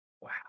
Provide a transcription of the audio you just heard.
Wow